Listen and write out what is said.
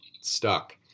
stuck